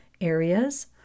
areas